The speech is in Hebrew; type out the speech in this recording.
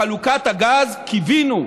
בחלוקת הגז קיווינו